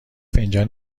فنجان